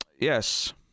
yes